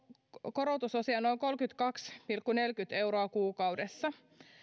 korotusosia noin kolmekymmentäkaksi pilkku neljäkymmentä euroa kuukaudessa